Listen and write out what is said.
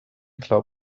glaubt